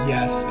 Yes